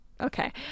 okay